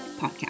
podcast